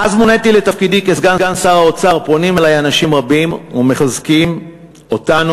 מאז מוניתי לתפקידי כסגן שר האוצר פונים אלי אנשים רבים ומחזקים אותנו,